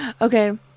Okay